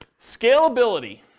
Scalability